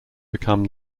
become